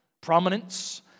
prominence